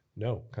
No